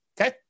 Okay